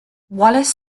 wallace